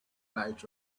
light